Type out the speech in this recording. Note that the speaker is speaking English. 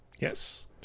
yes